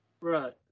Right